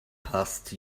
passed